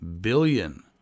billion